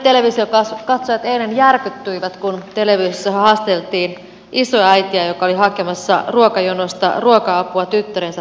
monet televisionkatsojat eilen järkyttyivät kun televisiossa haastateltiin isoäitiä joka oli hakemassa ruokajonosta ruoka apua tyttärensä perheelle